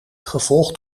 gevolgd